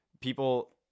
people